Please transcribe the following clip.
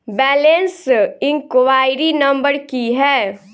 Balance enquiry number की है?